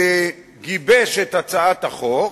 שגיבש את הצעת החוק